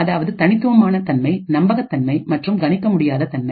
அதாவது தனித்துவமான தன்மை நம்பகத்தன்மை மற்றும் கணிக்க முடியாத தன்மை